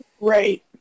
Right